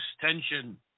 tension